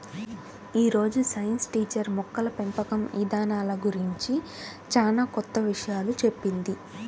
యీ రోజు science teacher మొక్కల పెంపకం ఇదానాల గురించి చానా కొత్త విషయాలు చెప్పింది